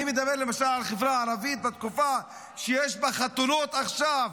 אני מדבר למשל על החברה הערבית בתקופה שיש בה חתונות עכשיו,